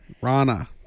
Rana